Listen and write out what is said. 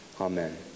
Amen